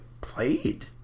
played